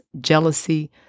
jealousy